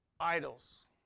Idols